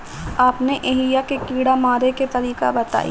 अपने एहिहा के कीड़ा मारे के तरीका बताई?